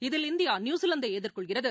இதில் இந்தியாநியூசிலாந்தைஎதிர்கொள்கிறது